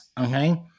Okay